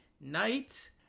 night